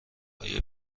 آیا